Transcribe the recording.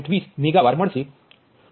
20 મેગાવાર